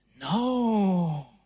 No